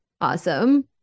Awesome